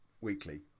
weekly